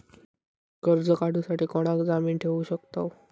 कर्ज काढूसाठी कोणाक जामीन ठेवू शकतव?